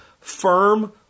Firm